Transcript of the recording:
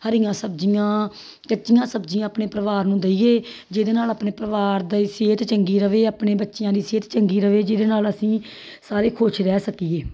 ਹਰੀਆਂ ਸਬਜ਼ੀਆਂ ਕੱਚੀਆਂ ਸਬਜ਼ੀਆਂ ਆਪਣੇ ਪਰਿਵਾਰ ਨੂੰ ਦੇਈਏ ਜਿਹਦੇ ਨਾਲ ਆਪਣੇ ਪਰਿਵਾਰ ਦੀ ਸਿਹਤ ਚੰਗੀ ਰਹੇ ਆਪਣੇ ਬੱਚਿਆਂ ਦੀ ਸਿਹਤ ਚੰਗੀ ਰਹੇ ਜਿਹਦੇ ਨਾਲ ਅਸੀਂ ਸਾਰੇ ਖੁਸ਼ ਰਹਿ ਸਕੀਏ